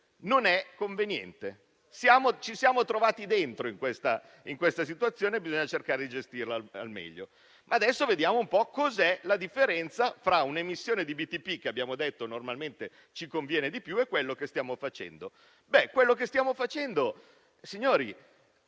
non è conveniente. Ci siamo trovati dentro questa situazione e bisogna cercare di gestirla al meglio. Adesso vediamo qual è la differenza fra un'emissione di BTP - abbiamo detto che normalmente ci conviene di più - e quello che stiamo facendo.